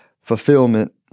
fulfillment